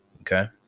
okay